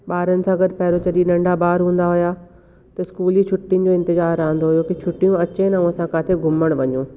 ॿारनि सां गॾु पहिरियों जॾहिं नंढा ॿार हूंदा हुआ त स्कूल जी छुटियुन जो इंतिज़ारु रहंदो हुओ की छुटी अचे त असां किते घुमणु वञूं